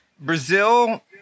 Brazil